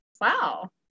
Wow